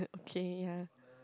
uh okay ah